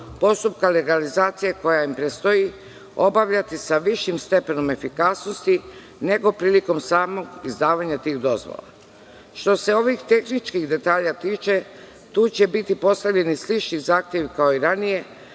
postupka legalizacije koja im predstoji obavljati sa višim stepenom efikasnosti, nego prilikom samog izdavanja tih dozvola. Što se ovih tehničkih detalja tiče, tu će biti postavljeni slični zahtevi kao i ranije,